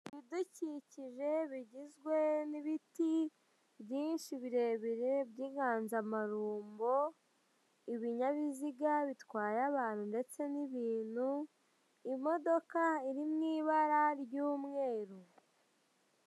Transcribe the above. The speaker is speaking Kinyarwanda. Ibidukikije bigizwe n'ibiti, byinshi birebire by'inganzamarumbo, ibinyabiziga bitwaye abantu ndetse n'ibintu, imodoka iri mu ibara ry'umweru.